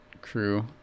crew